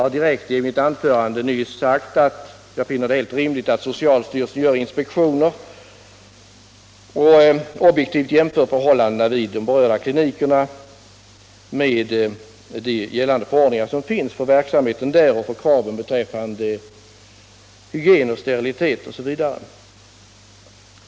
Jag sade i mitt anförande nyss att jag finner det helt rimligt att socialstyrelsen gör inspektioner och objektivt jämför förhållandena vid de berörda klinikerna med de förordningar som gäller för verksamheten där och för kraven på hygien, sterilitet osv.